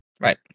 right